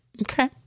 Okay